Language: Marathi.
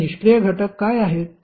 तर निष्क्रिय घटक काय आहेत